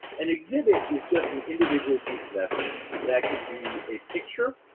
an exhibit is just an individual piece of evidence. that could be a picture.